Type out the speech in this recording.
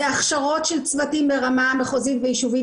זה הכשרות של צוותים ברמה הארצית והיישובית,